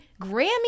Grammy